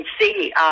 see